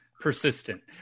persistent